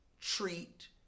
treat